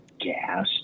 gas